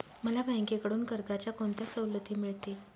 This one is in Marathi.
मला बँकेकडून कर्जाच्या कोणत्या सवलती मिळतील?